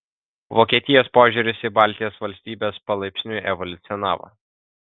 vokietijos požiūris į baltijos valstybes palaipsniui evoliucionavo